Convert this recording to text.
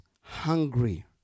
hungry